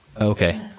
Okay